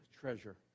treasure